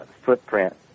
footprint